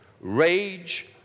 rage